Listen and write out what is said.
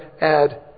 add